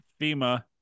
Fema